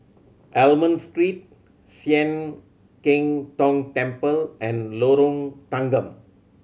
Almond Street Sian Keng Tong Temple and Lorong Tanggam